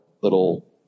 little